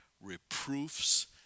reproofs